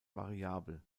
variabel